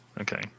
Okay